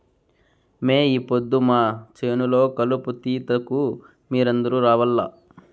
మే ఈ పొద్దు మా చేను లో కలుపు తీతకు మీరందరూ రావాల్లా